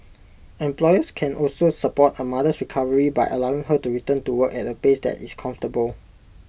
employers can also support A mother's recovery by allowing her to return to work at A pace that is comfortable